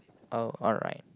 oh alright